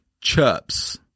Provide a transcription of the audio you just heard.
chirps